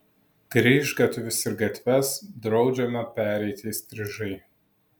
kryžgatvius ir gatves draudžiama pereiti įstrižai